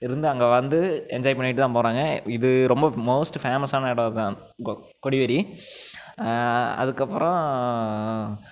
இருந்து அங்கே வந்து என்ஜாய் பண்ணிவிட்டு தான் போகிறாங்க இது ரொம்ப மோஸ்ட் ஃபேமஸான இடம் இதுதான் கொடிவேரி அதுக்கப்புறம்